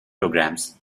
programs